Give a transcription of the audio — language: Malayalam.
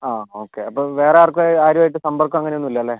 അ ഓക്കെ അപ്പോൾ വേറെ ആർക്കും ആരുമായിട്ടും സമ്പർക്കം അങ്ങനെ ഒന്നും ഇല്ല അല്ലെ